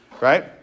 Right